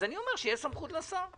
אז אני אומר שתהיה סמכות לשר.